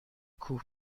کوه